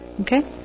okay